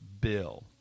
bill